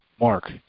Mark